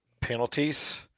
penalties